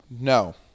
No